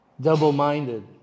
double-minded